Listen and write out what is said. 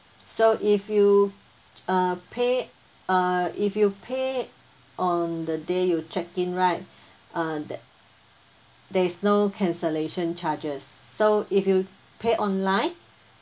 so if you uh pay uh if you pay on the day you check in right uh that there is no cancellation charges so if you pay online